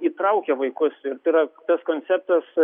įtraukia vaikus ir tai yra tas konceptas